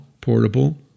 portable